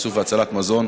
איסוף והצלת מזון,